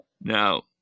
Now